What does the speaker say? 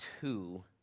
two